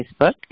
Facebook